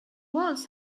was